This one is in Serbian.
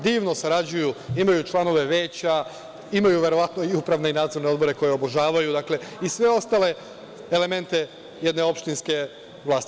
Divno sarađuju, imaju članove veća, imaju verovatno i upravne i nadzorne odbore koje obožavaju i ostale elemente jedne opštinske vlasti.